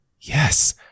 Yes